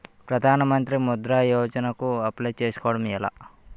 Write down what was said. ప్రధాన మంత్రి ముద్రా యోజన కు అప్లయ్ చేసుకోవటం ఎలా?